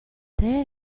they